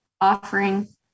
offering